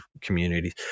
communities